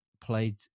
played